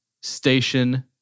station